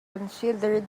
considered